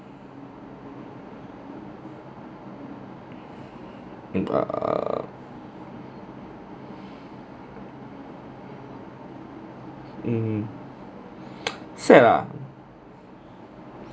mm sad ah